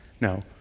No